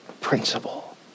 principle